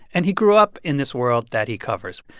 and he grew up in this world that he covers.